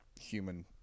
human